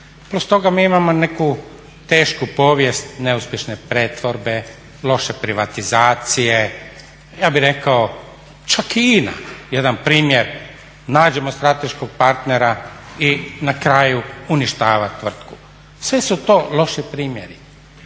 Plus toga mi imamo neku tešku povijest neuspješne pretvorbe, loše privatizacije, ja bih rekao čak i INA jedan primjer nađemo strateškog partnera i na kraju uništava tvrtku. Sve su to loši primjeri.